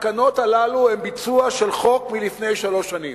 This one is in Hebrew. התקנות האלה הן ביצוע של חוק מלפני שלוש שנים.